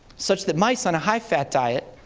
such that mice on a high-fat diet,